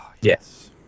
Yes